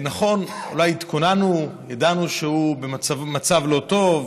נכון, אולי התכוננו, ידענו שהוא במצב לא טוב,